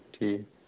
ٹھیٖک